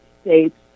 states